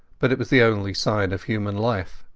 but it was the only sign of human life.